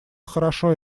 хорошо